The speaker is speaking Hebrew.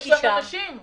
יש שם גם נשים.